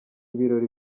ibirori